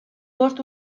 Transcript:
bost